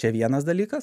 čia vienas dalykas